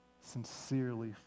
sincerely